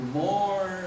more